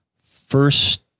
first